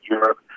Europe